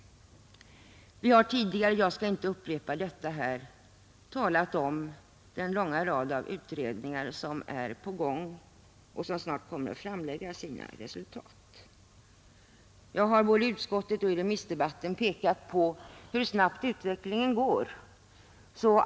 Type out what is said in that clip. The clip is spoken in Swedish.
Vi har tidigare — jag skall inte upprepa detta — talat om denna långa rad av utredningar som är på gång och som snart kommer att framlägga sina resultat. Jag har både i utskottet och i remissdebatten pekat på hur snabbt utvecklingen går.